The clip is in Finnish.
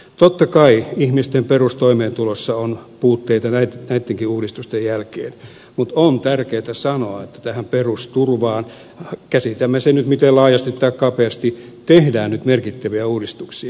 totta kai ihmisten perustoimeentulossa on puutteita näittenkin uudistusten jälkeen mutta on tärkeätä sanoa että tähän perusturvaan käsitämme sen nyt miten laajasti tai kapeasti tehdään nyt merkittäviä uudistuksia